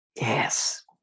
Yes